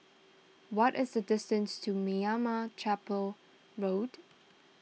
what is the distance to Meyappa Chettiar Road